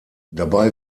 dabei